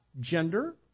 gender